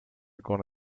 con